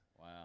Wow